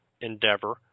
endeavor